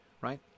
right